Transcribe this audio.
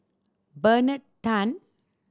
Bernard Tan